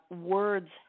words